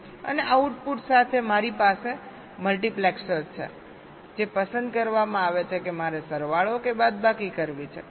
અને આઉટપુટ સાથે મારી પાસે મલ્ટીપ્લેક્સર છે જે પસંદ કરવામાં આવે છે કે મારે સરવાળો કે બાદબાકી કરવી છે